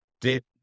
dip